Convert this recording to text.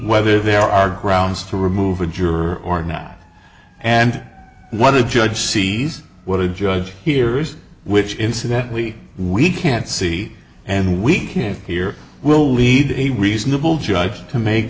whether there are grounds to remove a juror or not and whether the judge sees what a judge hears which incidentally we can't see and we can't hear will lead a reasonable judge to make